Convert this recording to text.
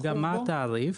גם מה התעריף.